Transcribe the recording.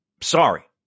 sorry